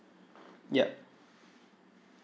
yup